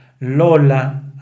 Lola